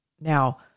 Now